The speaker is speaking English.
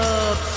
up